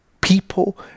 people